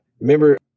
Remember